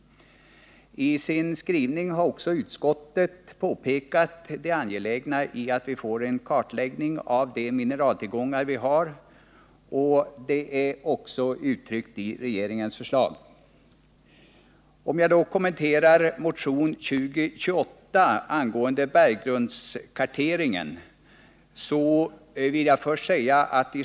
I sin skrivning har utskottet pekat på det angelägna i att vi får en kartläggning av de mineraltillgångar vi har. Detta är också uttryckt i regeringens förslag. Först vill jag kommentera motionen 2028 angående berggrundskarteringen.